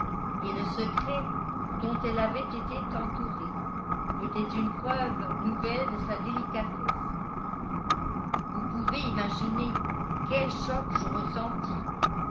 et le secret dont elle avait été entourée était un preuve nouvelle de sa délicatesse vous pouvez imaginer quel choc je ressentis